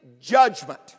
Judgment